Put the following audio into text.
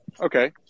Okay